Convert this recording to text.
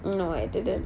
no I didn't